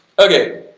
okay,